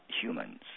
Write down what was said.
humans